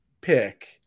pick